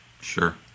sure